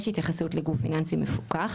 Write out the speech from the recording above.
יש התייחסות לגוף פיננסי מפוקח,